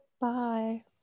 bye